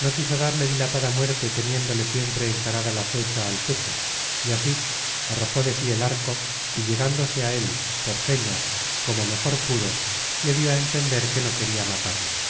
no quiso darle dilatada muerte teniéndole siempre encarada la fecha al pecho y así arrojó de sí el arco y llegándose á él por señas como mejor pudo le dió á entender que no queria matarle